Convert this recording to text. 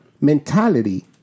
mentality